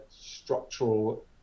structural